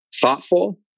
thoughtful